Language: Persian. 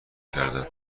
کردم